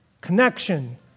connection